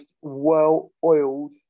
well-oiled